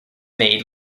made